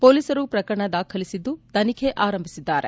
ಮೊಲೀಸರು ಪ್ರಕರಣ ದಾಖಲಿಸಿದ್ದು ತನಿಖೆ ಆರಂಭಿಸಿದ್ದಾರೆ